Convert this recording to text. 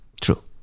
True